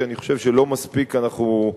כי אני חושב שלא מספיק אנחנו,